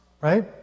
right